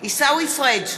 עיסאווי פריג'